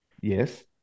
yes